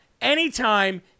anytime